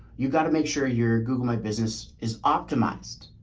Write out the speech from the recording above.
you've got to make sure your google, my business is optimized.